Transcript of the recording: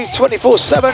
24-7